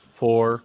four